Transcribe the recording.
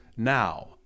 now